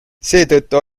seetõttu